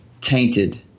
tainted